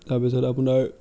তাৰপিছত আপোনাৰ